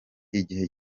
igihe